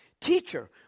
teacher